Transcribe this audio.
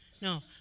No